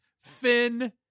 finn